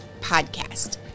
podcast